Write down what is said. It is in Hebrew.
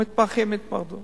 המתמחים התמרדו